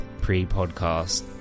pre-podcast